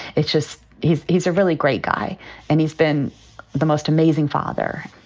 it's just he's he's a really great guy and he's been the most amazing father.